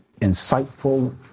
insightful